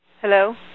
hello